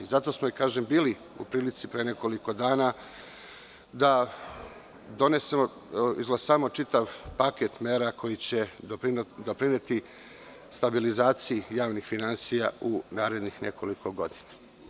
Zato smo i bili u prilici pre nekoliko dana da izglasamo čitav paket mera koji će doprineti stabilizaciji javnih finansija u narednih nekoliko godina.